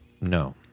No